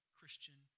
Christian